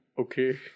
okay